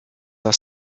are